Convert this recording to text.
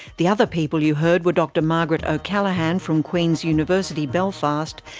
the other people you heard were dr margaret o'callaghan from queens university, belfast,